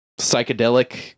psychedelic